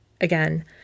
again